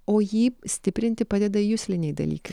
o jį stiprinti padeda jusliniai dalykai